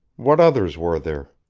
what others were there?